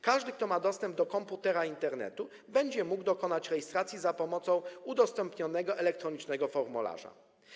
Każdy, kto ma dostęp do komputera i Internetu, będzie mógł dokonać rejestracji za pomocą udostępnionego elektronicznego formularza.